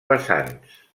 vessants